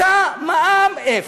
מצא מע"מ אפס,